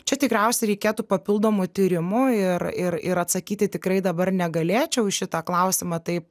čia tikriausiai reikėtų papildomų tyrimų ir ir ir atsakyti tikrai dabar negalėčiau į šitą klausimą taip